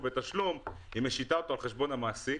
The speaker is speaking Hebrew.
בתשלום היא משיתה אותו על חשבון המעסיק.